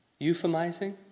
euphemizing